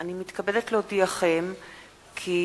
האי-אמון אשר הוגשו להצעות לסדר-יום,